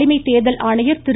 தலைமை தேர்தல் ஆணையர் திரு